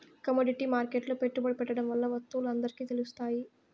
commodity మార్కెట్లో పెట్టుబడి పెట్టడం వల్ల వత్తువులు అందరికి తెలుత్తాయి